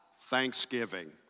Thanksgiving